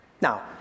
now